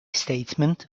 statement